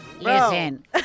Listen